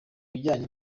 bijyanye